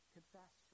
Confess